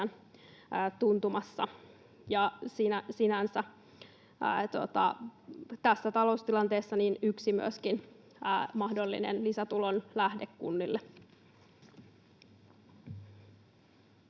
tämä on tässä taloustilanteessa myöskin yksi mahdollinen lisätulonlähde kunnille.